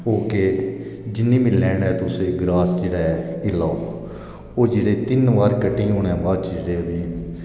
ओह् केह् जिन्नी बी लेंड ऐ तुस ऐ ग्रास जेहड़ा ऐ ओह् लाओ औऱ जेहड़े तिन बार कटिंग होने बाद एहदी